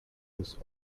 this